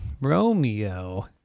Romeo